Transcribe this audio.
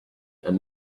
and